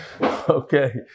Okay